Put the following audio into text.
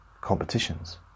competitions